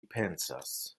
pensas